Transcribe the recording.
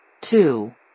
Two